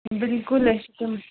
بِلکُل أسۍ چھِ تِم